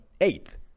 eighth